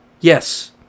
Yes